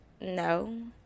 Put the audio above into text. no